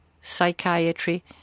psychiatry